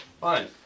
Fine